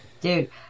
Dude